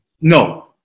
No